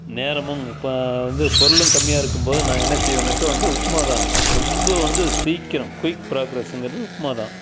நேரமும் வந்து பொருளும் கம்மியாக இருக்கும் போது நான் என்ன செய்வேன்னாக்க வந்து உப்புமா தான் ரொம்ப வந்து சீக்கிரம் குயிக் ப்ராகிரஸ்ங்கிறது உப்புமா தான்